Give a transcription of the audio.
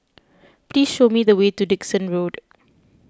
please show me the way to Dickson Road